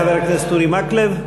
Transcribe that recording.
חבר הכנסת אורי מקלב,